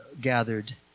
gathered